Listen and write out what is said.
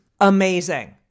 amazing